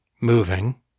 moving